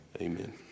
Amen